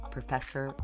Professor